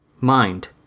Mind